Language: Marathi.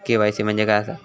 के.वाय.सी म्हणजे काय आसा?